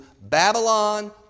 Babylon